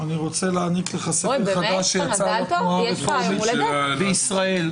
אני רוצה להעניק לך ספר חדש שיצא לתנועה הרפורמית בישראל.